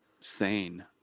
sane